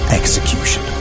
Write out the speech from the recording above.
execution